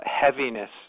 heaviness